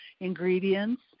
ingredients